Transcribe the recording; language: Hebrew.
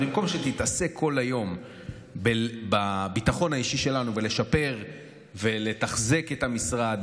אז במקום שיתעסק כל היום בביטחון האישי שלנו ובלשפר ולתחזק את המשרד,